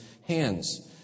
hands